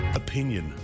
opinion